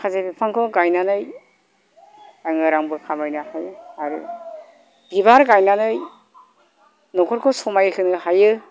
माखासे बिफांखौ गायनानै आङो रांबो खामायनो हायो आरो बिबार गायनानै नखरखौ समायहोनो हायो